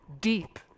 deep